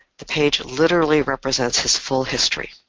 the page literally represents his full history.